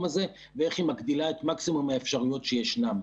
הזה ואיך היא מגדילה את מקסימום האפשרויות שישנן.